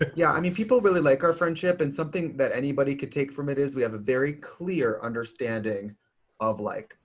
ah yeah. i mean people really like our friendship and something that anybody could take from it is we have a very clear understanding of like,